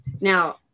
Now